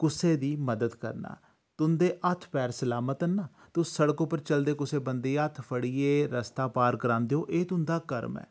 कुसै दी मदद करना तुं'दे हत्थ पैर सलामत न तुस शिड़क उप्पर चलदे कुसै बंदे गी हत्थ फड़ियै रस्ता पार करांदे ओ एह् तुं'दा कर्म ऐ